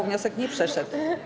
Wniosek nie przeszedł.